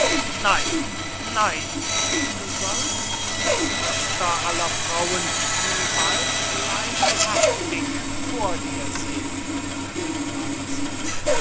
nein nein du sollst das muster aller frauen nun bald leibhaftig vor dir seh'n